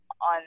on